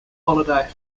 holiday